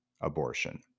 abortion